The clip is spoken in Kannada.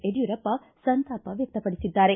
ಯಡಿಯೂರಪ್ಪ ಸಂತಾಪ ವಕ್ತಪಡಿಸಿದ್ದಾರೆ